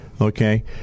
Okay